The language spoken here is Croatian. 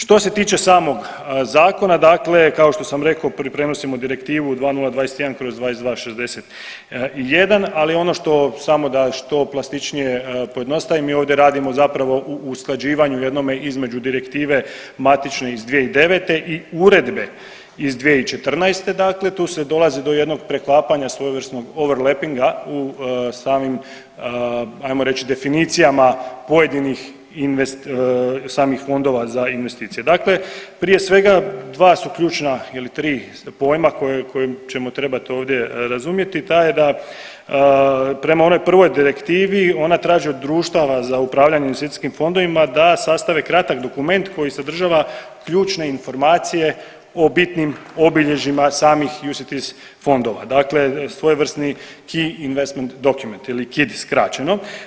Što se tiče samog zakona dakle kao što sam rekao pripremili smo Direktivu 2021/2261, ali ono što, samo da što plastičnije pojednostavnim, mi ovdje radimo zapravo u usklađivanju jednome između direktive matične iz 2009. i uredbe iz 2014. dakle tu se dolazi do jednog preklapanja svojevrsnog overlappinga u samim ajmo reć definicijama pojedinih samih fondova za investicije, dakle prije svega dva su ključna ili tri pojma koje, koje ćemo trebat ovdje razumjeti, taj je da prema onoj prvoj direktivi ona traži od društava za upravljanje investicijskim fondovima da sastave kratak dokument koji sadržava ključne informacije o bitnim obilježjima samih UCITS fondova, dakle svojevrsni Key Investor Document ili KID skraćeno.